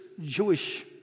Jewish